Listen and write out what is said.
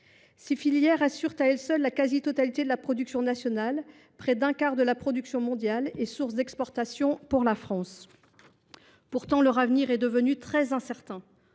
Ces filières assurent à elles seules la quasi totalité de la production nationale et près d’un quart de la production mondiale. Elles sont donc source d’exportations pour la France. Pourtant, leur avenir est très incertain.